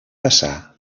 passar